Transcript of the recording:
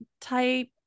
type